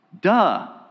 Duh